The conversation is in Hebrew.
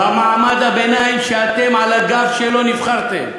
במעמד הביניים שעל הגב שלו נבחרתם.